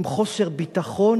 עם חוסר ביטחון